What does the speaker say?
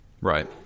Right